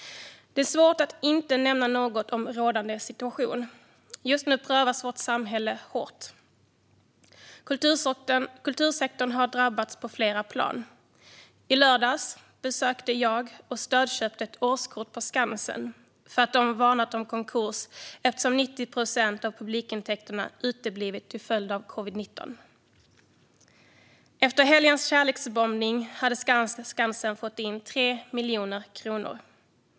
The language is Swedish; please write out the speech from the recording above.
Det är svårt att inte nämna något om rådande situation. Just nu prövas vårt samhälle hårt. Kultursektorn har drabbats på flera plan. I lördags besökte jag och stödköpte ett årskort på Skansen för att de varnat om konkurs eftersom 90 procent av publikintäkterna uteblivit till följd av covid-19. Efter helgens kärleksbombning hade Skansen fått in 3 miljoner kronor.